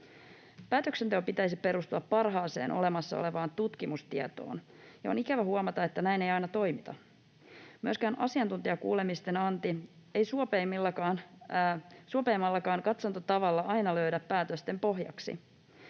Päätöksenteon pitäisi perustua parhaaseen olemassa olevaan tutkimustietoon, ja on ikävä huomata, että näin ei aina ole. Myöskään asiantuntijakuulemisten anti ei suopeimmallakaan katsantotavalla aina löydä päätösten pohjaksi.